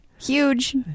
Huge